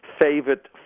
favorite